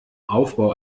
aufbau